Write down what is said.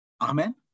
Amen